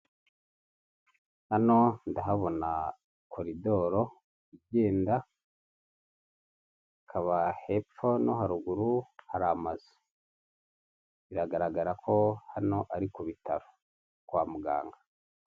Hano ndahabona koridoro igenda hakaba aba hepfo no haruguru hari amazu biragaragara ko hano ari ku bitaro kwa muganga.